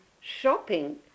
shopping